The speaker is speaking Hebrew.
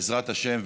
בעזרת השם,